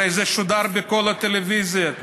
הרי זה שודר בכל הטלוויזיה,